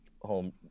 home